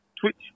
Twitch